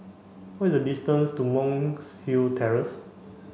what is the distance to Monk's Hill Terrace